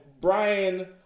Brian